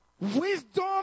Wisdom